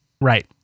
Right